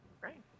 Right